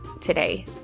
today